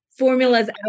Formulas